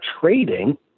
trading